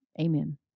amen